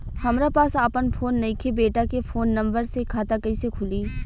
हमरा पास आपन फोन नईखे बेटा के फोन नंबर से खाता कइसे खुली?